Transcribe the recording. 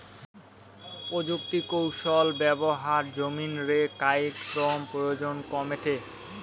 প্রযুক্তিকৌশল ব্যবহার জমিন রে কায়িক শ্রমের প্রয়োজন কমেঠে